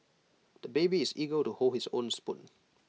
the baby is eager to hold his own spoon